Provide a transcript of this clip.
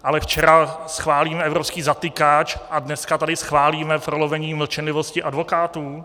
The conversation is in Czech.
Ale včera schválíme evropský zatykač a dneska tady schválíme prolomení mlčenlivosti advokátů?